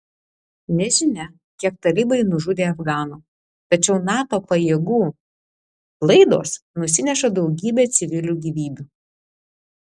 nežinia kiek talibai nužudė afganų tačiau nato pajėgų klaidos nusineša daugybę civilių gyvybių